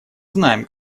знаем